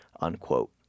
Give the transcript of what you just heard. unquote